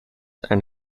and